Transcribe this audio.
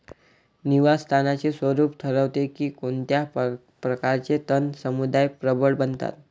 निवास स्थानाचे स्वरूप ठरवते की कोणत्या प्रकारचे तण समुदाय प्रबळ बनतात